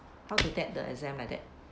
how to test the exam like that